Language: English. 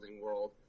world